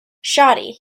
shawty